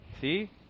See